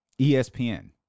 ESPN